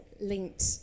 linked